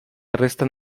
resten